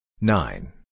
Nine